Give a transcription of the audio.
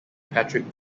patrick